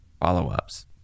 follow-ups